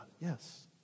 yes